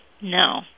No